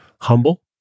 humble